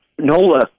Nola